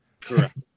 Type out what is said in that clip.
Correct